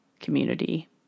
community